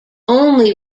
only